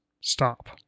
stop